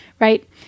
right